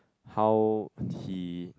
how he